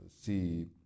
see